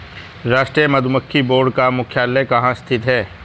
राष्ट्रीय मधुमक्खी बोर्ड का मुख्यालय कहाँ स्थित है?